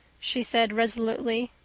she said resolutely.